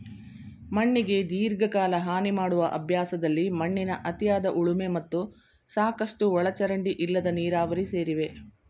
ಮಣ್ಣಿಗೆ ದೀರ್ಘಕಾಲ ಹಾನಿಮಾಡುವ ಅಭ್ಯಾಸದಲ್ಲಿ ಮಣ್ಣಿನ ಅತಿಯಾದ ಉಳುಮೆ ಮತ್ತು ಸಾಕಷ್ಟು ಒಳಚರಂಡಿ ಇಲ್ಲದ ನೀರಾವರಿ ಸೇರಿವೆ